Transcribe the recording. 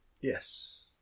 Yes